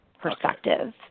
perspective